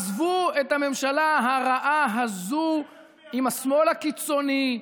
עזבו את הממשלה הרעה הזו עם השמאל הקיצוני,